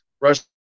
Russia